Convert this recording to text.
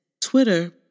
Twitter